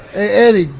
eddie.